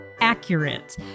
accurate